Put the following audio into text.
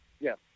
Yes